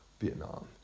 Vietnam